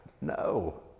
No